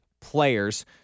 players